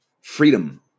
Freedom